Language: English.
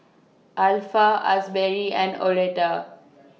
Alpha Asberry and Oleta